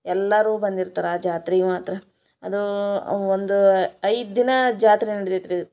ಎಲ್ಲರು ಬಂದಿರ್ತಾರೆ ಆ ಜಾತ್ರಿಗೆ ಮಾತ್ರ ಅದು ಅವು ಒಂದು ಐದು ದಿನ ಆ ಜಾತ್ರೆ ನಡಿತೈತೆ ರೀ